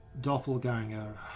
doppelganger